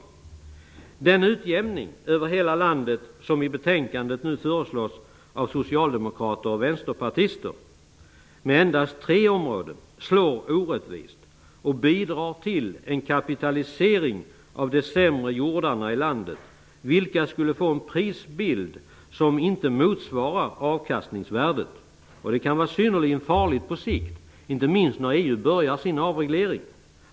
Den utjämning över hela landet med endast tre områden som nu föreslås i betänkandet av socialdemokrater och vänsterpartister slår orättvist och bidrar till en kapitalisering av de sämre jordarna i landet, vilka skulle få en prisbild som inte motsvarar avkastningsvärdet. Det kan vara synnerligen farligt på sikt, inte minst när EU börjar sin avreglering.